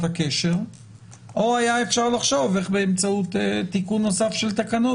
הקשר או היה אפשר לחשוב איך באמצעות תיקון נוסף של תקנות,